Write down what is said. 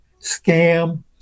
scam